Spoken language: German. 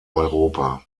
europa